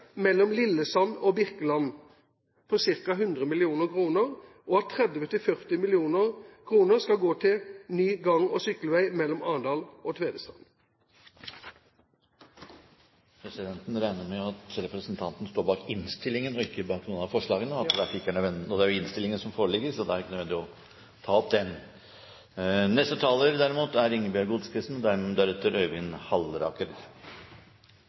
mellom Lillesand og Birkeland, dvs. ca. 100 mill. kr., og at 30–40 mill. kr skal gå til ny gang- og sykkelvei mellom Arendal og Tvedestrand. Presidenten regner med at representanten står bak innstillingen og ikke bak noen av forslagene i innstillingen som foreligger, og at det derfor ikke er nødvendig å ta opp den. E18 er